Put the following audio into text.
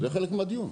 זה חלק מהדיון.